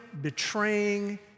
betraying